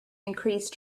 increased